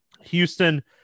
Houston